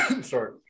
Sorry